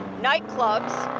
nightclubs,